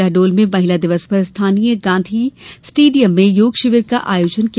शहडोल में महिला दिवस पर स्थानीय गांधी स्टेडियम में योग शिविर का आयोजन किया